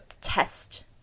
test